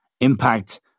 impact